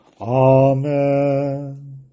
Amen